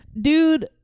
dude